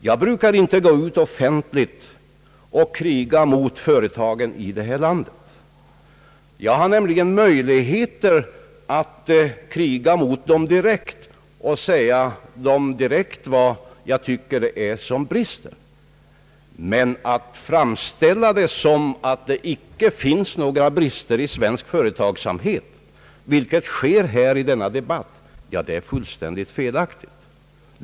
Jag brukar inte gå ut och kriga offentligt mot företagen i vårt land — jag har nämligen möjligheter att kriga mot dem direkt och säga dem direkt vad jag betraktar som brister. Men att framställa saken så att det inte finns några brister i svensk företagsamhet — vilket sker i denna debatt — det är fullständigt felaktigt.